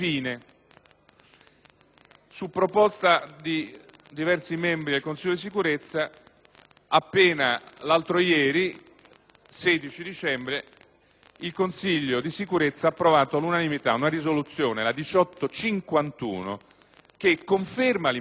su proposta di diversi membri del Consiglio di sicurezza, appena l'altro ieri, 16 dicembre, il Consiglio stesso ha approvato all'unanimità una risoluzione, la 1851, che conferma l'impegno in Somalia,